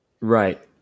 Right